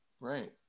Right